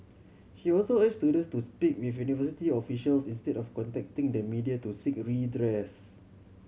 she also urge students to speak with university officials instead of contacting the media to seek redress